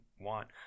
want –